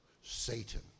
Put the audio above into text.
Satan